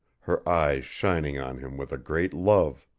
her eyes shining on him with a great love.